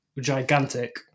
gigantic